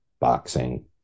boxing